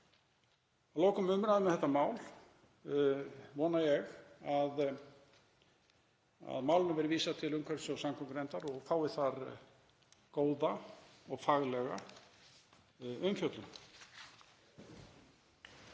Að loknum umræðum um þetta mál vona ég að málinu verði vísað til umhverfis- og samgöngunefndar og fái þar góða og faglega umfjöllun.